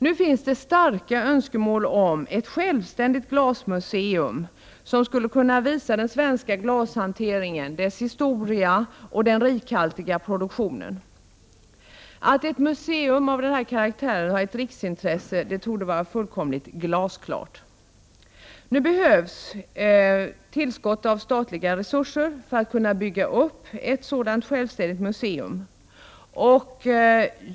Nu finns det starka önskemål om ett självständigt glasmuseum där man skulle kunna visa den svenska glashanteringen, dess historia och den rikhaltiga produktionen. Att ett museum av denna karaktär har ett riksintresse torde vara fullkomligt glasklart. Nu behövs tillskott av statliga resurser för att bygga upp ett sådant självständigt museum.